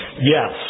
Yes